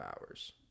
hours